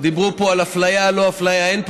דיברו פה על אפליה, לא אפליה.